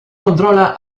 controla